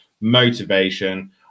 motivation